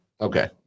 Okay